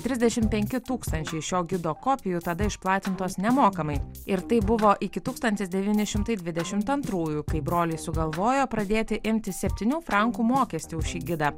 trisdešimt penki tūkstančiai šio gido kopijų tada išplatintos nemokamai ir tai buvo iki tūkstantis devyni šimtai dvidešimt antrųjų kai broliai sugalvojo pradėti imti septynių frankų mokestį už šį gidą